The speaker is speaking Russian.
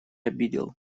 обидел